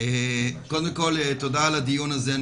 קודם כל תודה על הדיון הזה.